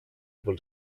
able